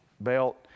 belt